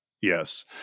Yes